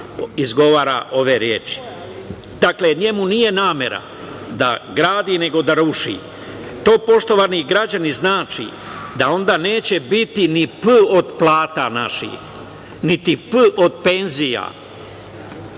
izgovara ove reči? Dakle, njemu nije namera da gradi, nego da ruši. To poštovani građani znači da onda neće biti ni „p“ od plata naših, niti „p“